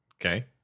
Okay